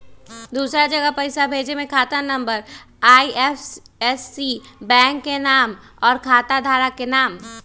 दूसरा जगह पईसा भेजे में खाता नं, आई.एफ.एस.सी, बैंक के नाम, और खाता धारक के नाम?